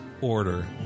order